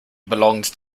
belonged